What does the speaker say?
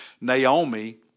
Naomi